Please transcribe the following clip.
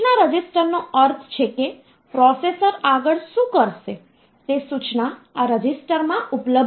અલબત્ત આપણે પછીથી કેટલાક ઇન્ટરફેસિંગ પર ધ્યાન આપીશું જે એનાલોગ સિગ્નલોને ડિજિટલ સિગ્નલમાં રૂપાંતરિત કરશે પરંતુ તે એક અલગ મુદ્દો છે